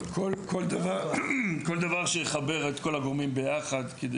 כל דבר שיחבר את כל הגורמים ביחד כדי